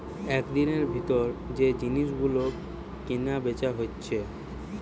একদিনের ভিতর যে জিনিস গুলো কিনা বেচা হইছে